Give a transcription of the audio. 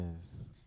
Yes